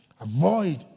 Avoid